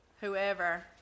whoever